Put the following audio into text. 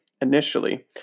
initially